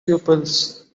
pupils